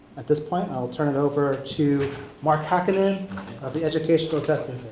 at this point i'll turn it over to mark hakkenin of the educational testing